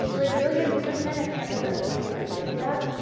brazilian businessmen have canceled a meeting in namibia,